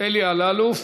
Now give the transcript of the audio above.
אלי אלאלוף,